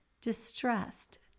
distressed